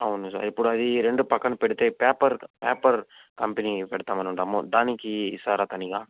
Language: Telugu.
అవును సార్ ఇప్పుడు అది రెండు పక్కల పెడితే పేపర్ పేపర్ కంపెనీ పెడదాం అనుండాము దానికి ఇస్తారా తనీగా